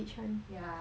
yeah